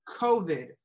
COVID